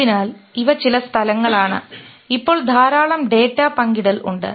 അതിനാൽ ഇവ ചില സ്ഥലങ്ങളാണ് ഇപ്പോൾ ധാരാളം ഡാറ്റ പങ്കിടൽ ഉണ്ട്